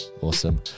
Awesome